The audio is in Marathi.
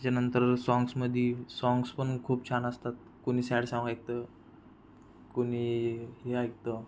त्यांच्यानंतर साँग्समध्ये साँग्स पन खूप छान असतात कुणी सॅड साँग ऐकतं कुणी हे ऐकतं